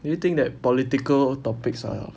do you think that political topics are